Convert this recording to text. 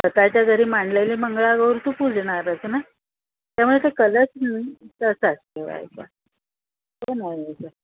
स्वतःच्या घरी मांडलेली मंगळागौर तू पूजणारच ना त्यामुळे ते कलश ठेवतात देवाचे